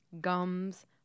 gums